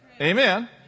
Amen